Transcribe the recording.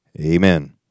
Amen